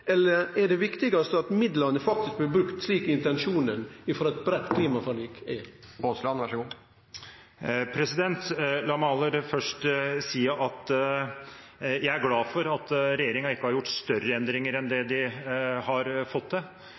eller er det viktigast at midlane faktisk blir brukte slik intensjonen frå eit breitt klimaforlik er? La meg aller først si at jeg er glad for at regjeringen ikke har gjort større endringer enn de har fått til,